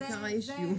זה עיקר האישו.